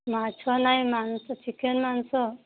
ମାଛ ନାହିଁ ମାଂସ ଚିକେନ୍ ମାଂସ